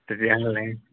তেতিয়াহ'লে